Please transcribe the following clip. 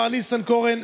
מר ניסנקורן,